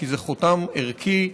כי זה חותם ערכי,